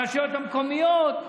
ברשויות המקומיות,